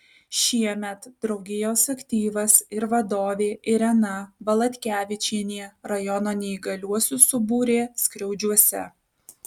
šiemet draugijos aktyvas ir vadovė irena valatkevičienė rajono neįgaliuosius subūrė skriaudžiuose